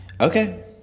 Okay